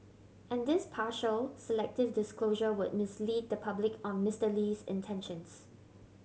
and this partial selective disclosure would mislead the public on Mister Lee's intentions